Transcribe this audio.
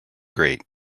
grate